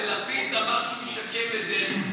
לפיד אמר שהוא ישקם את דרעי.